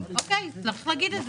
צריך להגיד את זה.